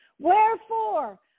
Wherefore